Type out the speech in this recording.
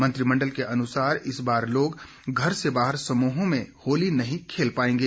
मंत्रिमंडल के अनुसार इस बार लोग घर से बाहर समूहों में होली नहीं खेल पाएंगे